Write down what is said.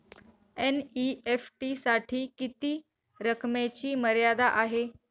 NEFT साठी किती रकमेची मर्यादा आहे?